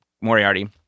Moriarty